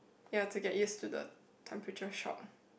ya to get used to the temperature shock